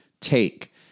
take